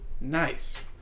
Nice